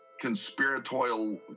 conspiratorial